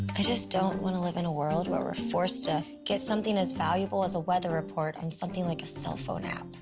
i just don't want to live in a world where we're forced to get something as valuable as a weather report on something like a cell phone app.